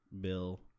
bill